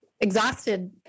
Exhausted